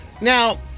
Now